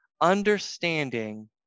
understanding